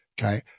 okay